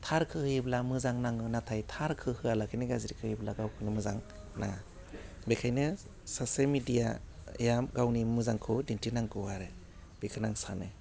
थारखौ होयोब्ला मोजां नाङो नाथाय थारखो होआलासिनो गाज्रिखौ होयोब्ला गावखौनो मोजां नाङा बेखायनो सासे मेडियाया गावनि मोजांखौ दिन्थिनांगौ आरो बेखौनो आं सानो